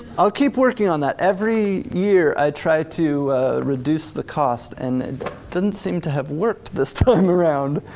i'll keep working on that. every year i try to reduce the cost, and and didn't seem to have worked this time around.